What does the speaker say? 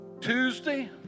Tuesday